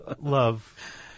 love